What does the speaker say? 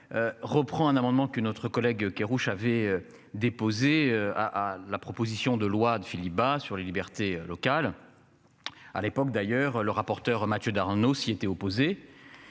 Reprend un amendement que notre collègue Kerrouche avait déposé à à la proposition de loi de Philippe Bas sur les libertés locales. À l'époque d'ailleurs le rapporteur Mathieu Darnaud s'y étaient opposés.